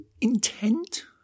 intent